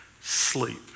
sleep